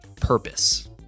purpose